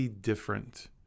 different